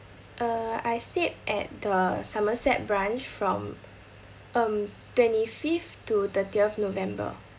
uh I stayed at the somerset branch from um twenty fifth to thirtieth november